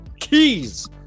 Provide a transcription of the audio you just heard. Keys